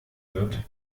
wird